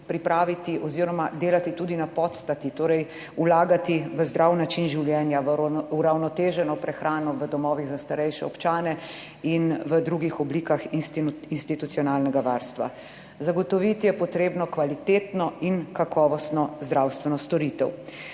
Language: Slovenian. pripraviti oziroma delati tudi na podstati, torej vlagati v zdrav način življenja, v uravnoteženo prehrano v domovih za starejše občane in v drugih oblikah institucionalnega varstva. Zagotoviti je potrebno kvalitetno in kakovostno zdravstveno storitev.